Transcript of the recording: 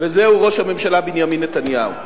וזהו ראש הממשלה בנימין נתניהו.